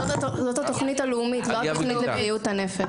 זאת התוכנית הלאומית, לא התוכנית לבריאות הנפש.